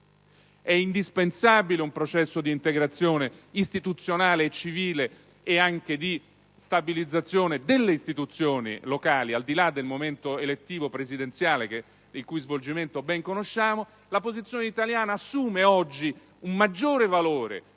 è indispensabile un processo di integrazione istituzionale e civile e di stabilizzazione delle istituzioni locali, al di là del momento elettivo presidenziale il cui svolgimento ben conosciamo. La posizione italiana assume oggi un maggiore valore